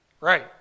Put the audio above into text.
Right